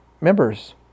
members